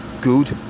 good